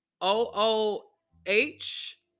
O-O-H